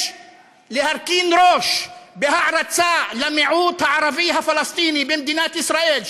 יש להרכין ראש בהערצה למיעוט הערבי הפלסטיני במדינת ישראל,